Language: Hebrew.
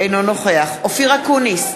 אינו נוכח אופיר אקוניס,